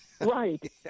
Right